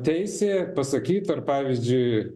teisė pasakyt ar pavyzdžiui